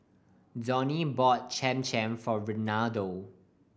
Donny bought Cham Cham for Reynaldo